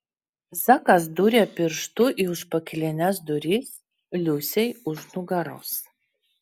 zakas dūrė pirštu į užpakalines duris liusei už nugaros